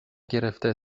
گرفته